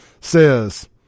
says